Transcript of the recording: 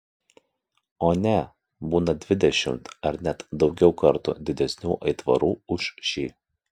o ne būna dvidešimt ar net daugiau kartų didesnių aitvarų už šį